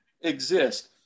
exist